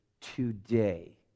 today